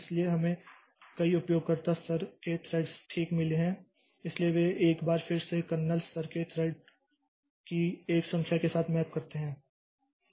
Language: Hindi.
इसलिए हमें कई उपयोगकर्ता स्तर के थ्रेड्स ठीक मिले हैं इसलिए वे एक बार फिर से कर्नेल स्तर के थ्रेड की एक संख्या के साथ मैप करते हैं